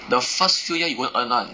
the first few year you won't earn [one]